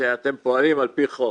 שאתם פועלים על פי חוק,